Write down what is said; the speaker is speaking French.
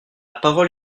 parole